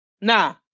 Nah